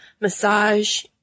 massage